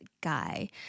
guy